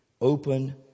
open